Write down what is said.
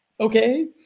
Okay